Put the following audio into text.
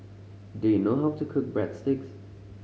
do you know how to cook Breadsticks